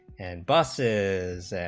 and buses